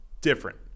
different